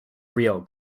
real